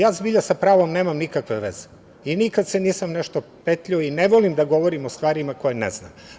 Ja sa pravom nemam nikakve veze i nikada se nisam nešto petljao, ne volim da govorim o stvarima koje ne znam.